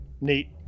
Neat